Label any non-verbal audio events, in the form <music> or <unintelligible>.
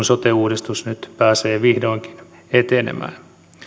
<unintelligible> sote uudistus nyt pääsee vihdoinkin etenemään